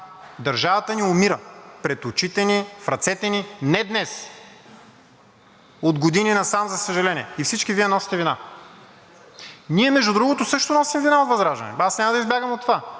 Държавата ни умира пред очите ни, в ръцете ни – не днес, от години насам, за съжаление. Всички Вие носите вина. Ние, между другото, също носим вина от ВЪЗРАЖДАНЕ. Аз няма да избягам от това.